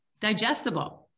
digestible